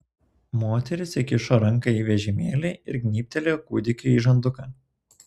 moteris įkišo ranką į vežimėlį ir gnybtelėjo kūdikiui į žanduką